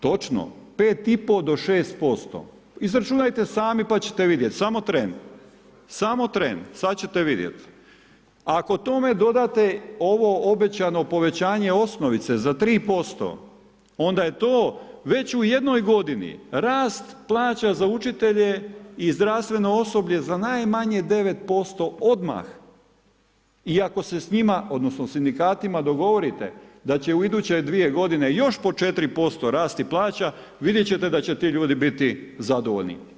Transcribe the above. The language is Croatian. Točno, 5,5 do 6%, izračunajte sami pa ćete vidjeti, samo tren, samo tren sad ćete vidjeti, ako tome dodate ovo obećano povećanje osnovice za 3% onda je to već u jednoj godini rast plaća za učitelje i zdravstveno osoblje za najmanje 9% odmah iako se s njima, odnosno sindikatima dogovorite da će u iduće 2 godine još po 4% rasti plaća, vidjet ćete da će ti ljudi biti zadovoljni.